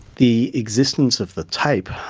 the existence of the tape